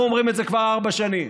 אנחנו אומרים את זה כבר ארבע שנים.